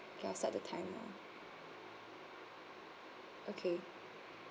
okay I'll start the timer okay